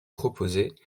proposés